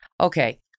Okay